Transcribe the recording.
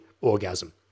orgasm